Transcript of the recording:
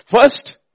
First